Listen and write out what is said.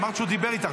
אמרת שהוא דיבר איתך,